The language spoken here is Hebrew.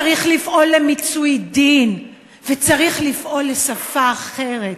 צריך לפעול למיצוי דין, וצריך לפעול לשפה אחרת.